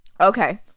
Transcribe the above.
Okay